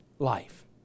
life